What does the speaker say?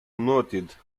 noted